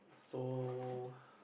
so